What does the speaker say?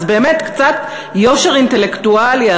אז באמת, קצת יושר אינטלקטואלי.